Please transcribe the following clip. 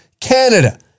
Canada